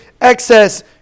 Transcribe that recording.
excess